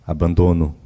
Abandono